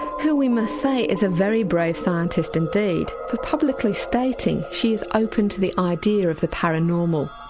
who we must say is a very brave scientist indeed for publicly stating she is open to the idea of the paranormal.